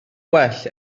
gwell